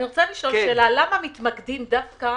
אני רוצה לשאול: למה מתמקדים דווקא